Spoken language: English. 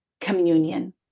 communion